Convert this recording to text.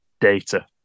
data